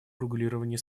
урегулировании